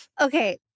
Okay